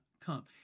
come